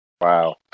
Wow